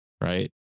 right